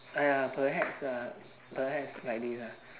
!aiya! perhaps uh perhaps like this ah